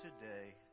today